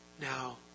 now